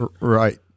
right